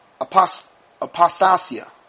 apostasia